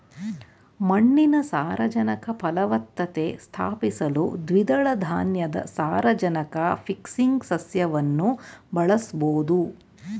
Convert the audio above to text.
ಮಣ್ಣಿನ ಸಾರಜನಕ ಫಲವತ್ತತೆ ಸ್ಥಾಪಿಸಲು ದ್ವಿದಳ ಧಾನ್ಯದ ಸಾರಜನಕ ಫಿಕ್ಸಿಂಗ್ ಸಸ್ಯವನ್ನು ಬಳಸ್ಬೋದು